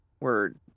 word